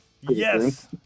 Yes